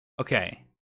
Okay